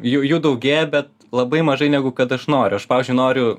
jų jų daugėja bet labai mažai negu kad aš noriu aš pavyzdžiui noriu